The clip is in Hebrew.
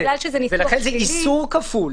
לכן זה איסור כפול.